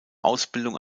ausbildung